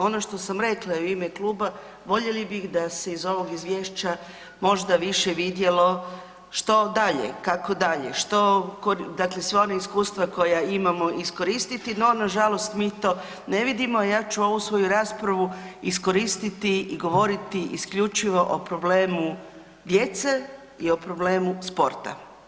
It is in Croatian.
Ono što sam rekla i u ime kluba voljeli bih da se iz ovog izvješća možda više vidjelo što dalje, kako dalje, što, dakle sva ona iskustva koja imamo iskoristiti, no nažalost mi to ne vidimo, a ja ću ovu svoju raspravu iskoristiti i govoriti isključivo o problemu djece i o problemu sporta.